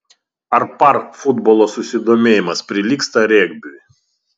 ar par futbolo susidomėjimas prilygsta regbiui